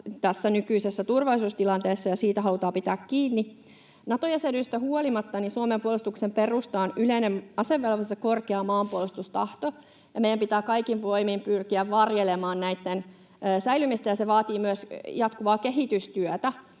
tässä nykyisessä turvallisuustilanteessa, ja siitä halutaan pitää kiinni. Nato-jäsenyydestä huolimatta Suomen puolustuksen perusta on yleinen asevelvollisuus ja korkea maanpuolustustahto. Meidän pitää kaikin voimin pyrkiä varjelemaan näitten säilymistä, ja se vaatii myös jatkuvaa kehitystyötä.